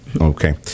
Okay